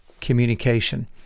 communication